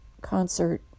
concert